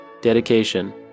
Dedication